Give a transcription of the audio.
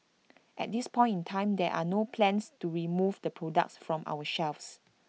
at this point in time there are no plans to remove the products from our shelves